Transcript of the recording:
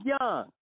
young